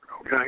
Okay